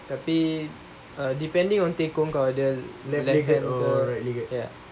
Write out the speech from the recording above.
tapi depending on tekong kalau dia left hand ke ya